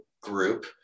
group